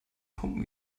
pumpen